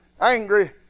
Angry